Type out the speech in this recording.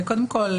קודם כול,